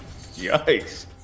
Yikes